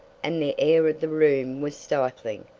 and the air of the room was stifling.